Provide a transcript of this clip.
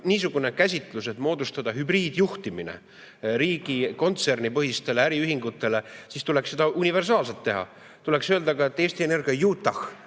niisugune käsitlus, et moodustada hübriidjuhtimine riigi kontsernipõhistele äriühingutele, siis tuleks seda universaalselt teha. Tuleks öelda, et Eesti Energia Utah'